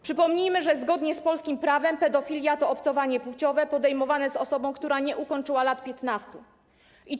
Przypomnijmy, że zgodnie z polskim prawem pedofilia to obcowanie płciowe podejmowane z osobą, która nie ukończyła 15 lat.